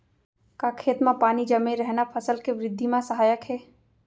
का खेत म पानी जमे रहना फसल के वृद्धि म सहायक हे?